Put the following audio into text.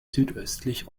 südöstlich